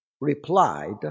replied